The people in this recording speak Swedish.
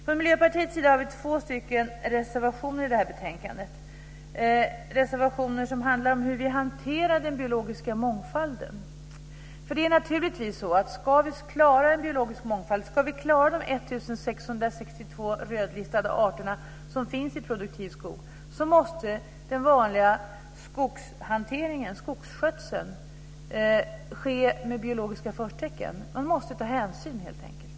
Från Miljöpartiets sida har vi två reservationer i det här betänkandet - reservationer som handlar om hur vi hanterar den biologiska mångfalden. Det är naturligtvis så att om vi ska klara en biologisk mångfald och de 1 662 rödlistade arterna som finns i produktiv skog, måste den vanliga skogsskötseln ske med biologiska förtecken. Man måste ta hänsyn helt enkelt.